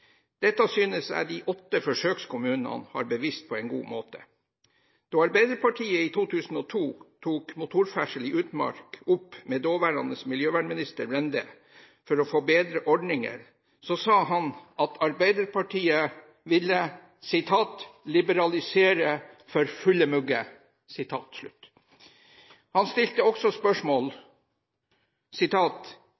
Dette synes jeg de åtte forsøkskommunene har bevist på en god måte. Da Arbeiderpartiet i 2002 tok motorferdsel i utmark opp med daværende miljøvernminister Brende for å få bedre ordninger, sa han at Arbeiderpartiet ville «liberalisere for fulle mugger». Han stilte også